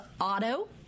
auto